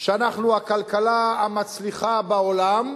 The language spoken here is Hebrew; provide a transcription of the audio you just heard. שאנחנו הכלכלה המצליחה בעולם,